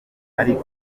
ariko